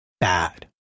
bad